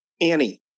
Annie